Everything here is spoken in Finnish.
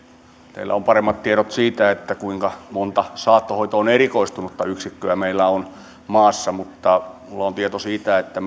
teillä on paremmat tiedot siitä kuinka monta saattohoitoon erikoistunutta yksikköä meillä on maassa mutta minulla on tieto siitä että